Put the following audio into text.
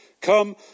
Come